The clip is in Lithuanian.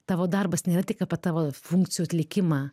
tavo darbas nėra tik apie tavo funkcijų atlikimą